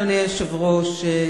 אדוני היושב-ראש,